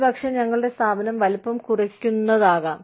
ഒരുപക്ഷെ ഞങ്ങളുടെ സ്ഥാപനം വലിപ്പം കുറയ്ക്കുന്നതാകാം